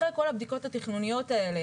אחרי כל הבדיקות התכנוניות האלה,